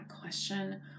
question